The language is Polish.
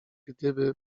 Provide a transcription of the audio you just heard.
gdyby